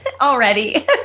already